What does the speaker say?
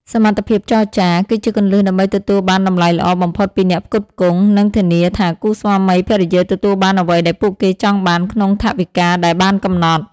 សមត្ថភាពចរចា គឺជាគន្លឹះដើម្បីទទួលបានតម្លៃល្អបំផុតពីអ្នកផ្គត់ផ្គង់ និងធានាថាគូស្វាមីភរិយាទទួលបានអ្វីដែលពួកគេចង់បានក្នុងថវិកាដែលបានកំណត់។